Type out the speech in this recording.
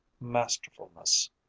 masterfulness